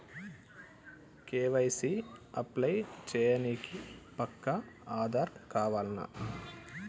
KYC apply చేయనీకి పక్కా ఆధార్ కావాల్నా?